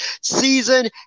season